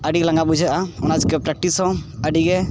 ᱟᱹᱰᱤ ᱞᱟᱸᱜᱟ ᱵᱩᱡᱷᱟᱹᱜᱼᱟ ᱚᱱᱟ ᱪᱮᱠᱟ ᱦᱚᱸ ᱟᱹᱰᱤ ᱜᱮ